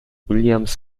william’s